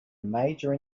major